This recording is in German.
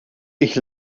ich